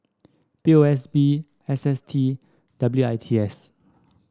P O S B S S T W I T S